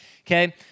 Okay